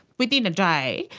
within a day,